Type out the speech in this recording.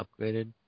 upgraded